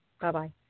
Bye-bye